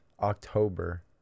October